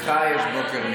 לך יש בוקר נפלא.